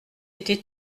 été